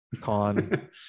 con